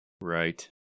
Right